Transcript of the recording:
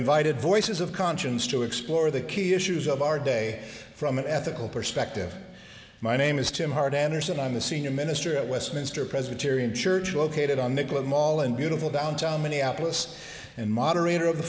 invited voices of conscience to explore the key issues of our day from an ethical perspective my name is tim hart anderson i'm the senior minister at westminster presbyterian church located on the glenn mall in beautiful downtown minneapolis and moderator of the